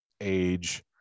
age